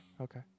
Okay